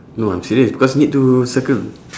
no I'm serious because need to circle